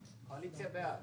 הצבעה בעד